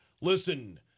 Listen